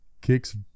Kicks